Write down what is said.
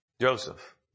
Joseph